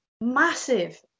massive